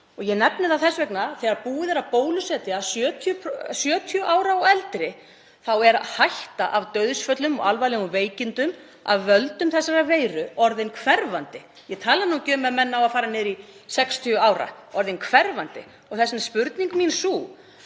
Ég nefni það þess vegna að þegar búið er að bólusetja 70 ára og eldri er hætta á dauðsföllum og alvarlegum veikindum af völdum þessarar veiru orðin hverfandi, ég tala nú ekki um ef menn ná að fara niður í 60 ára. Hún er orðin hverfandi. Þess vegna er spurning mín